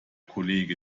kollege